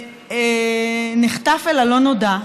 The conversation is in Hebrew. נחטף אל הלא-נודע.